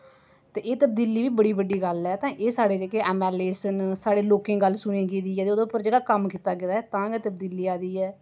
ते एह् तब्दीली बी बड़ी बड्डी गल्ल ऐ तां एह् साढ़े जेह्के ऐम्म ऐल्ल ए न साढ़े लोकें दी गल्ल सुनी गेदी ऐ ते ओह्दे उप्पर जेह्ड़ा कम्म कीता गेदा ऐ तां गै तब्दीली आई दी ऐ